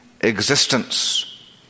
existence